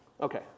Okay